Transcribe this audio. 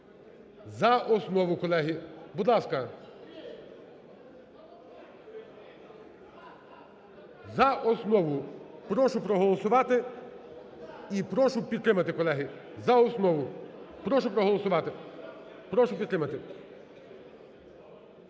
за основу, колеги. Будь ласка, за основу. Прошу проголосувати і прошу підтримати, колеги, за основу. Прошу проголосувати, прошу підтримати.